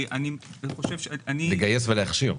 לגייס ולהכשיר.